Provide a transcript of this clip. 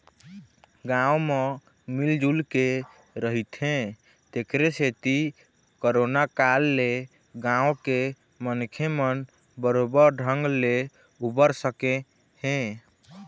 गाँव म मिल जुलके रहिथे तेखरे सेती करोना काल ले गाँव के मनखे मन बरोबर ढंग ले उबर सके हे